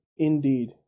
Indeed